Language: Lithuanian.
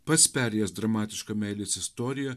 pats perėjęs dramatišką meilės istoriją